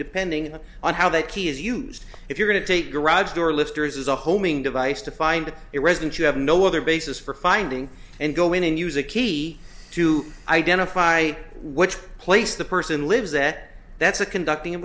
depending on how that key is used if you're going to take garage door lister's as a homing device to find it resident you have no other basis for finding and go in and use a key to identify which place the person lives that that's a conducting